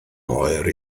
oer